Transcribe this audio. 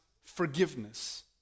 forgiveness